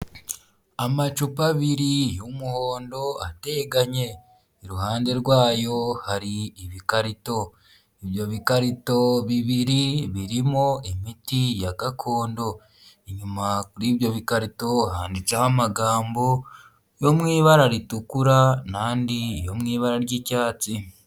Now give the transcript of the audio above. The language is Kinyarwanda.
Amacupa abiri y'umuhondo ateganye, iruhande rwayo hari ibikarito, ibyo bikarito bibiri birimo imiti ya gakondo, inyuma kuri ibyo bikarito handitseho amagambo yo mu ibara ritukura n'andi yo mu ibara ry'icyatsi.